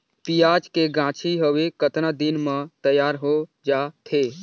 पियाज के गाछी हवे कतना दिन म तैयार हों जा थे?